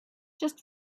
just